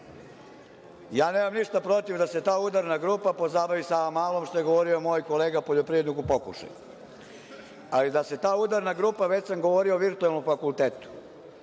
Ja nemam ništa protiv da se ta udarna grupa pozabavi Savamalom, kao što je govorio moj kolega poljoprivrednik u pokušaju, ali da se ta udarna grupa, već sam govorio o virtualnom fakultetu…